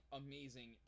amazing